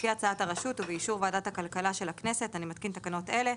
לפי הצעת הרשות ובאישור ועדת הכלכלה של הכנסת אני מתקין תקנות אלה.